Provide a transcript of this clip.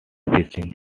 fishing